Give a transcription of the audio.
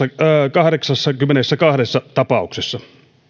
kahdeksassakymmenessäkahdessa tapauksessa